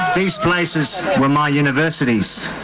these places were my universities,